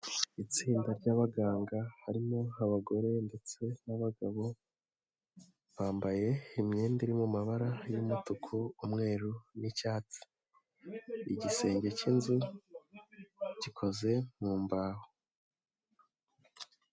Itsinda ry'abaganga harimo abagore ndetse n'abagabo, bambaye imyenda iri mu mabara y'umutuku, umweru n'icyatsi, igisenge cy'inzu gikoze mu mbaho.